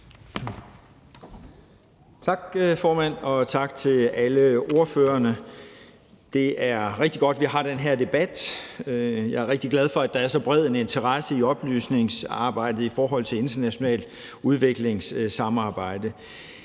Tak, formand, og tak til alle ordførerne. Det er rigtig godt, at vi har den her debat. Jeg er rigtig glad for, at der er så bred en interesse i oplysningsarbejdet i forhold til internationalt udviklingssamarbejde.